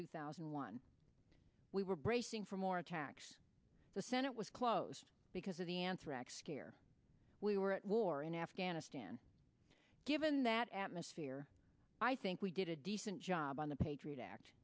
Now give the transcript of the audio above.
two thousand and one we were bracing for more attacks the senate was closed because of the anthrax scare we were at war in afghanistan given that atmosphere i think we did a decent job on the patriot act